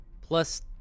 plus